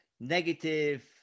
negative